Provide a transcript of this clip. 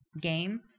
game